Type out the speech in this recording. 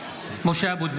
(קורא בשמות חברי הכנסת) משה אבוטבול,